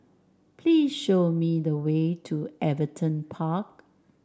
please show me the way to Everton Park